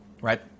right